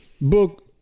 Book